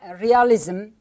realism